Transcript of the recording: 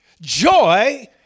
Joy